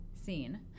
scene